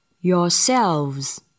Yourselves